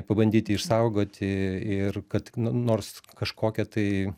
pabandyti išsaugoti ir kad nu nors kažkokia tai